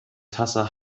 tasse